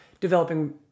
developing